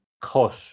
cut